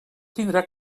tindrà